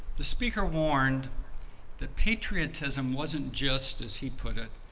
the speaker warned that patriotism wasn't just as he put it,